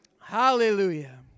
Hallelujah